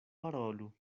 parolu